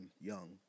Young